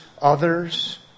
others